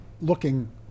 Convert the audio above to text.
looking